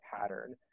pattern